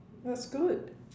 that's good